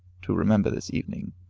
to remember this evening.